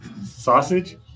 sausage